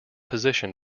position